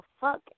fuck